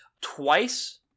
twice